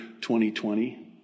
2020